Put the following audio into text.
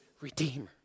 Redeemer